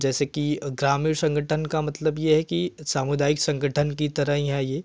जैसे कि ग्रामीण संगठन का मतलब यह है कि सामुदायिक संगठन की तरह ही है यह